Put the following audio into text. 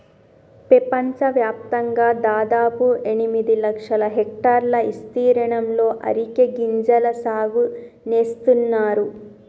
పెపంచవ్యాప్తంగా దాదాపు ఎనిమిది లక్షల హెక్టర్ల ఇస్తీర్ణంలో అరికె గింజల సాగు నేస్తున్నారు